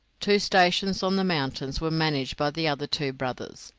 two stations on the mountains were managed by the other two brothers,